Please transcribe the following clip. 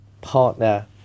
partner